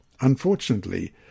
Unfortunately